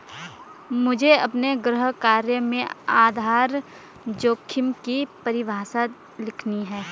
मुझे अपने गृह कार्य में आधार जोखिम की परिभाषा लिखनी है